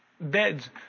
beds